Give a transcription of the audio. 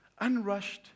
Unrushed